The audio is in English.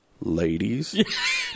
ladies